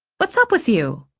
what's up with you?